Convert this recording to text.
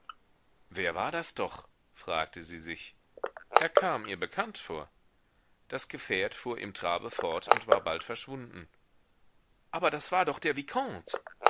wer war das doch fragte sie sich er kam ihr bekannt vor das gefährt fuhr im trabe fort und war bald verschwunden aber das war doch der